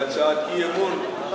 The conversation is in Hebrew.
בהצעת אי-אמון,